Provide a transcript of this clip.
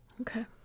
Okay